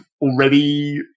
already